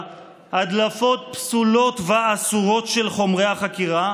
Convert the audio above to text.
הדלפות פסולות ואסורות של חומרי החקירה,